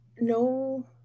no